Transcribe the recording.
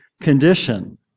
condition